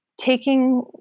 taking